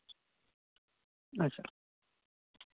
ᱟᱪᱪᱷᱟ